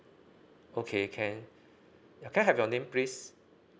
okay can can I have your name please